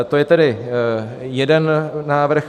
To je tedy jeden návrh.